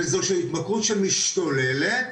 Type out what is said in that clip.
וזו התמכרות שמשתוללת